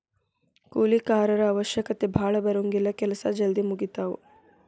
ಕೂಲಿ ಕಾರರ ಅವಶ್ಯಕತೆ ಭಾಳ ಬರುಂಗಿಲ್ಲಾ ಕೆಲಸಾ ಜಲ್ದಿ ಮುಗಿತಾವ